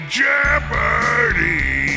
jeopardy